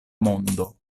mondo